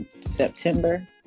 September